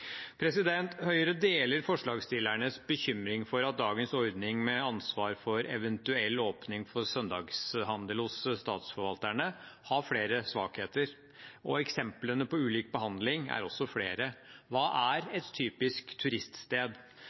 Høyre deler forslagsstillernes bekymring for at dagens ordning med ansvar for eventuell åpning for søndagshandel hos statsforvalterne har flere svakheter. Eksemplene på ulik behandling er også flere. Hva er et typisk turiststed?